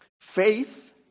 faith